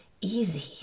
easy